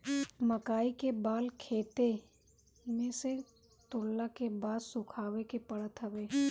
मकई के बाल खेते में से तुरला के बाद सुखावे के पड़त हवे